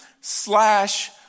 slash